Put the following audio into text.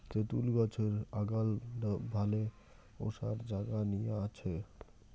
তেতুল গছের আগাল ভালে ওসার জাগা নিয়া আছে